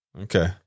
Okay